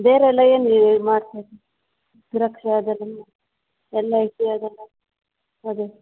ಬೇರೆ ಎಲ್ಲ ಏನು ನೀವು ಮಾಡ್ತಾರೆ ಸುರಕ್ಷಾ ಅದರ ನಿಮ್ಮ ಎಲ್ಲ ಐತೆ ಅದೆಲ್ಲ ಅದೇ